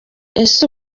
ese